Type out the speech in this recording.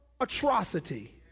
atrocity